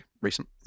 recent